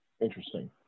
Interesting